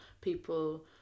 people